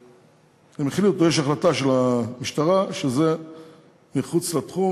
יש החלטה של המשטרה שזה מחוץ לתחום